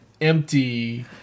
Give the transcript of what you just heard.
empty